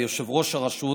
ויושב-ראש הרשות